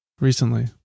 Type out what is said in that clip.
recently